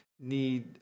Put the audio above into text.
need